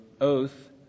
oath